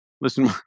Listen